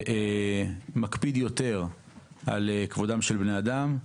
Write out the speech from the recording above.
שמקפיד יותר על כבודם של בני אדם.